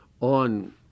on